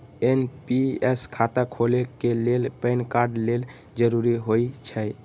NPS खता खोले के लेल पैन कार्ड लेल जरूरी होइ छै